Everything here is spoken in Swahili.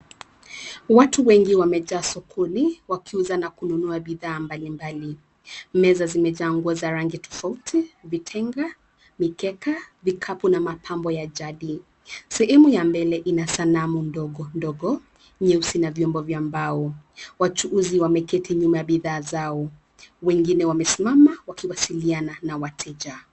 Watu wengi wamejaa sokoni, wakiuza na kununua bidhaa mbali mbali. Meza zimejaa nguo za rangi tofauti, vitenge, mikeka, vikapu, na mapambo ya jadi. Sehemu ya mbele ina sanamu ndogo ndogo, nyeusi na vyombo vya mbao. Wachuuzi wameketi nyuma ya bidhaa zao, wengine wamesimama wakiwasiliana na wateja.